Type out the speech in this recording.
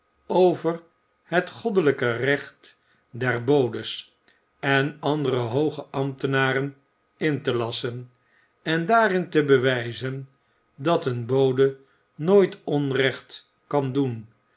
over het goddelijke recht der bodes en andere hooge ambtenaren in te iasschen en daarin te bewijzen dat een bode nooit onrecht kan doen